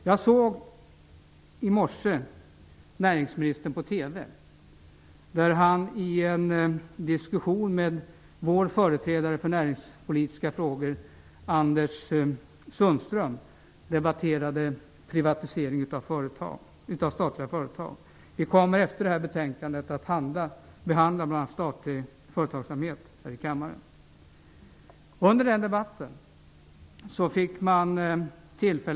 Jag såg i morse näringsministern på TV i en diskussion med vår företrädare i näringspolitiska frågor Anders Sundström debattera privatiseringen av statliga företag. Vi kommer efter behandlingen av detta betänkande här i kammaren att diskutera statlig företagsamhet.